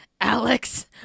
Alex